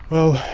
well,